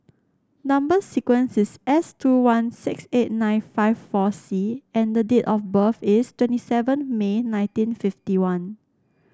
number sequence is S two one six eight nine five four C and the date of birth is twenty seven May nineteen fifty one